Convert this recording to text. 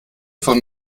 von